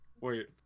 Wait